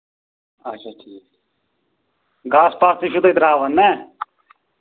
اچھا ٹھیٖک گاسہٕ پاسہٕ تہِ چھُو تُہۍ ترٛاوان نہ